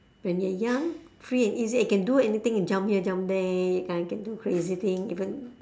when you're young free and easy I can do anything and jump here jump there that kind I can do crazy thing even